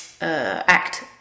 act